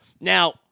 Now